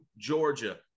Georgia